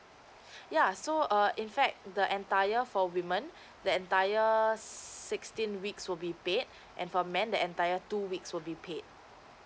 yeah so err in fact the entire for women the entire sixteen weeks will be paid and for men the entire two weeks will be paid